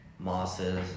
mosses